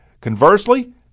Conversely